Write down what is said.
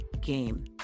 game